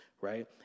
Right